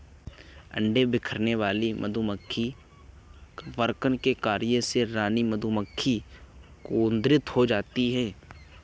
अंडे बिखेरने वाले मधुमक्खी वर्कर के कार्य से रानी मधुमक्खी क्रुद्ध हो जाती है